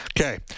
Okay